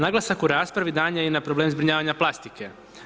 Naglasak u raspravi dan je i na problem zbrinjavanje plastike.